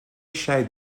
shade